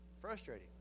Frustrating